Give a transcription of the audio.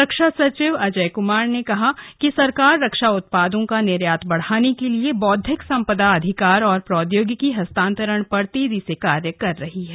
रक्षा सचिव अजय कुमार ने कहा कि सरकार रक्षा उत्पादों का निर्यात बढ़ाने के लिए बौद्धिक सम्पदा अधिकार और प्रौद्योगिकी हस्तांतरण पर तेजी से कार्य कर रही है